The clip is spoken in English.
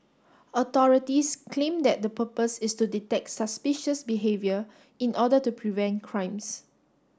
authorities claim that the purpose is to detect suspicious behaviour in order to prevent crimes